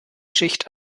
schicht